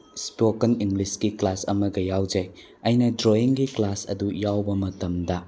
spoken ꯏꯪꯂꯤꯁꯀꯤ class ꯑꯃꯒ ꯌꯥꯎꯖꯩ ꯑꯩꯅ ꯗ꯭ꯔꯣꯌꯤꯡꯒꯤ ꯀꯂꯥꯁ ꯑꯗꯨ ꯌꯥꯎꯕ ꯃꯇꯝꯗ